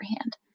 hand